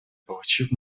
получив